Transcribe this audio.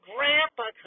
Grandpa